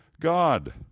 God